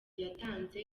yatanze